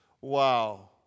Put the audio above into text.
Wow